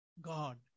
God